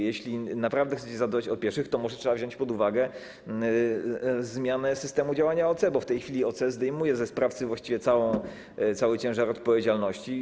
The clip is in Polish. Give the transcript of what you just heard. Jeśli naprawdę chcecie zadbać o pieszych, to może trzeba wziąć pod uwagę zmianę systemu działania OC, bo w tej chwili OC zdejmuje ze sprawcy właściwie cały ciężar odpowiedzialności.